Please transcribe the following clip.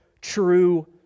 true